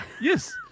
Yes